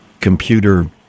computer